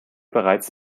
bereits